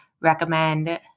recommend